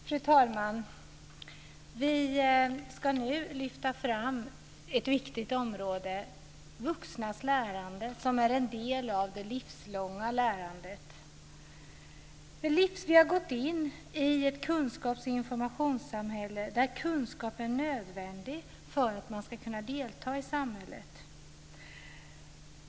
Fru talman! Vi ska nu lyfta fram ett viktigt område, vuxnas lärande, som är en del av det livslånga lärandet. Vi har gått in i ett kunskaps och informationssamhälle där kunskap är nödvändig för att man ska kunna delta i samhället.